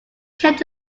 kept